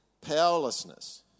powerlessness